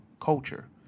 culture